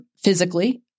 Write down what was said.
Physically